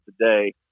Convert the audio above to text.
today